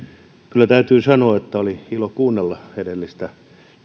kyllä täytyy sanoa että oli ilo kuunnella edellistä